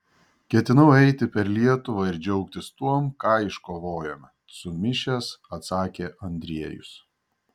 ketinau eiti per lietuvą ir džiaugtis tuom ką iškovojome sumišęs atsakė andriejus